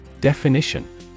Definition